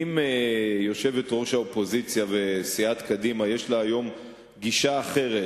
ואם ליושבת-ראש האופוזיציה וסיעת קדימה יש היום גישה אחרת,